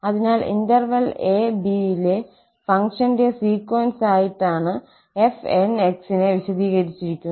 അതിനാൽ ഇന്റർവെൽ 𝑎 𝑏 ലെ ഫംഗ്ഷന്റെ സീക്വൻസ് ആയിട്ടാണ് 𝑓𝑛𝑥 നെ വിശദീകരിച്ചിരിക്കുന്നത്